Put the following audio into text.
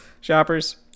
Shoppers